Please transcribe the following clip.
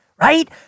right